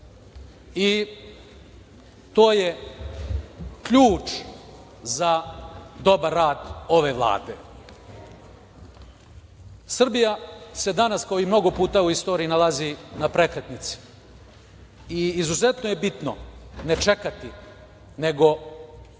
To je ključ za dobar rad ove Vlade. Srbija se danas kao i mnogo puta u istoriji nalazi na prekretnici i izuzetno je bitno ne čekati, nego nastaviti